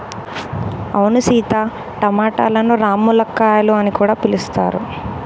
అవును సీత టమాటలను రామ్ములక్కాయాలు అని కూడా పిలుస్తారు